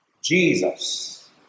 Jesus